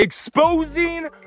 Exposing